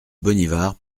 bonnivard